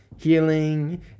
healing